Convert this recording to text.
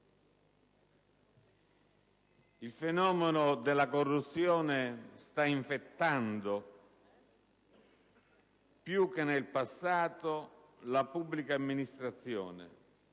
Il fenomeno della corruzione sta infettando, più che nel passato, la pubblica amministrazione,